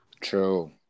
True